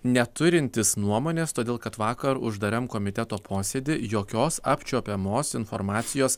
neturintys nuomonės todėl kad vakar uždaram komiteto posėdy jokios apčiuopiamos informacijos